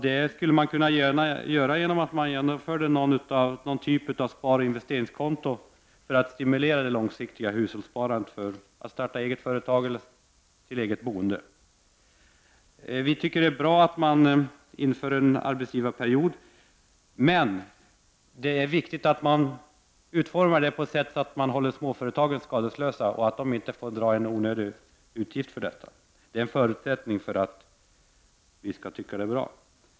Det skulle man kunna göra genom att införa någon typ av sparinvesteringskonto för att stimulera det långsiktiga hushållssparandet för att t.ex. starta eget eller satsa på eget boende. Vi tycker att det är bra att man inför en arbetsgivarperiod i sjukförsäkringen, men det är viktigt att den utformas så att man håller småföretagen skadeslösa, att de inte får en onödig utgift. Detta är en förutsättning för att vi skall tycka att det är bra.